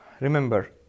Remember